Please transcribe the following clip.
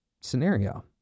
scenario